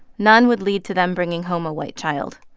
none would lead to them bringing home a white child.